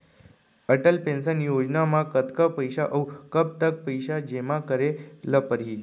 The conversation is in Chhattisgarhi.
अटल पेंशन योजना म कतका पइसा, अऊ कब तक पइसा जेमा करे ल परही?